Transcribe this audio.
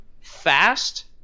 fast